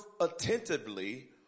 attentively